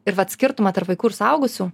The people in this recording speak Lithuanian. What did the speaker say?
ir vat skirtumą tarp vaikų ir suaugusių